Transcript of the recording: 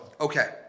okay